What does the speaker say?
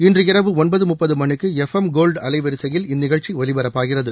இன்று இரவு இள்பது முப்பது மணிக்கு எஃப் எம் கோல்டு அலைவரிசையில் இந்நிகழ்ச்சி ஒலிபரப்பாகிறது